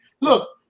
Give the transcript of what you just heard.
look